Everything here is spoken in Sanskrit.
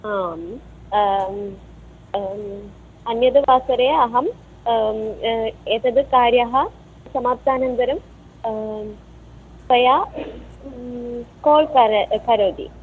आम् अन्यत् वासरे अहम् एतत् कार्यं समाप्तानन्तरं त्वया काल् कर करोति